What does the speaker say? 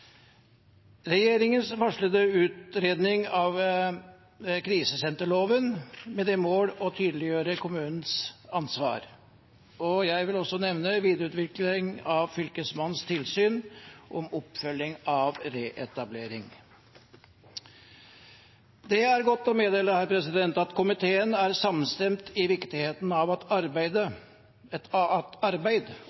regjeringens varslede utredning av krisesenterloven med det mål å tydeliggjøre kommunenes ansvar, og jeg vil også nevne videreutvikling av Fylkesmannens tilsyn om oppfølging av reetablering. Det er godt å meddele at komiteen er samstemt i viktigheten av at